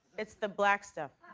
it's the black stuff.